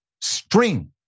string